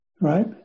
right